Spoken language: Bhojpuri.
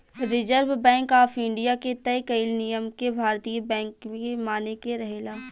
रिजर्व बैंक ऑफ इंडिया के तय कईल नियम के भारतीय बैंक के माने के रहेला